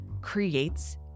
creates